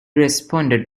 responded